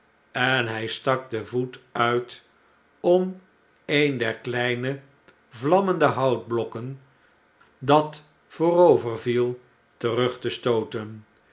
en hij stak den voet uit om een der kleine vlammende houtblokken dat vooroverviel terug te stooten